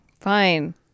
Fine